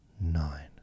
Nine